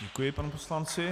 Děkuji panu poslanci.